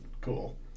cool